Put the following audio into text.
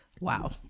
wow